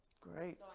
great